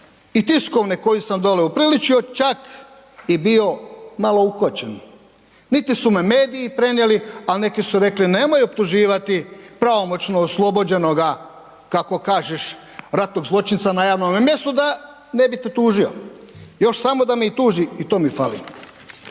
i tiskovne koju sam dolje upriličio čak i bio malo ukočen. Niti su me mediji prenijeli, a neki su rekli, nemoj optuživati pravomoćno oslobođenoga, kako kažeš ratnog zločinca na javnome mjestu da ne bi te tužio. Još samo da me i tuži i to mi fali.